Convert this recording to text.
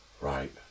right